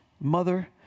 mother